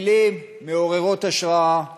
המילים מעוררות ההשראה שבמגילה,